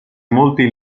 molti